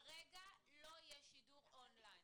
כרגע לא יהיה שידור און-ליין.